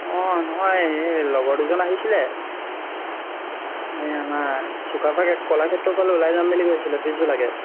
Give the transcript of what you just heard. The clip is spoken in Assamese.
অঁ নহয় এই লগৰ দুজন আহিছিলে সেই আমাৰ চুকাফা কলাক্ষেত্ৰৰ ফালে ওলাই যাম বুলি কৈছিলে পিছবেলাকৈ